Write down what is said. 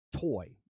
toy